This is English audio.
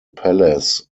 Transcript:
palace